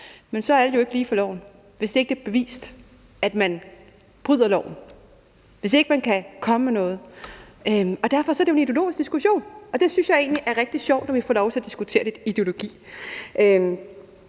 Men så er alle jo ikke lige for loven, hvis det ikke er bevist, at man bryder loven – hvis man ikke kan komme med noget. Derfor er det jo en ideologisk diskussion, og jeg synes egentlig, det er rigtig sjovt, at vi får lov til at diskutere lidt ideologi.